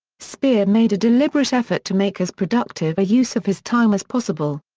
speer made a deliberate effort to make as productive a use of his time as possible.